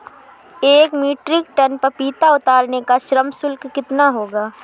एक metric ton पपीता उतारने का श्रम शुल्क कितना होगा?